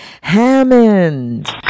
Hammond